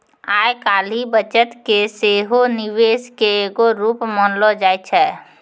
आइ काल्हि बचत के सेहो निवेशे के एगो रुप मानलो जाय छै